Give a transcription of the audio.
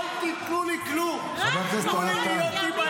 אל תיתנו לי כלום, רק תנו לי להיות עם הילדים.